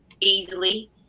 easily